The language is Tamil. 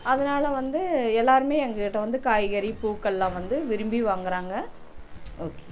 அதனால வந்து எல்லாேருமே எங்கள் கிட்டே வந்து காய்கறி பூக்களெலாம் வந்து விரும்பி வாங்கிறாங்க ஓகே